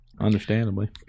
Understandably